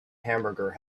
hamburger